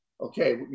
okay